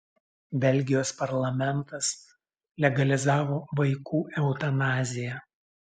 belgijos parlamentas legalizavo vaikų eutanaziją